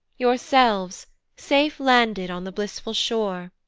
yourselves, safe landed on the blissful shore,